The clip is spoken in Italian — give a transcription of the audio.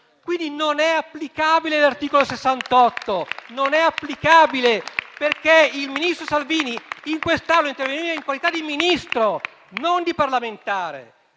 Quindi non è applicabile l'articolo 68, perché il ministro Salvini in quest'Aula interveniva in qualità di Ministro, non di parlamentare.